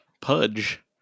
Pudge